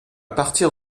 partir